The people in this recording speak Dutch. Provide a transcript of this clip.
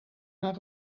naar